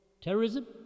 terrorism